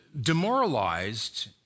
demoralized